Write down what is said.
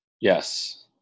Yes